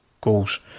goals